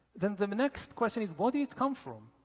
then then the next question is where did it come from?